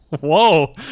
whoa